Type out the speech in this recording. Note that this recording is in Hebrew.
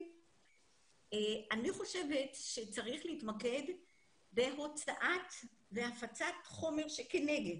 חושבת שצריך להתמקד בהוצאת והפצת חומר שהוא כנגד.